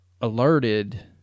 alerted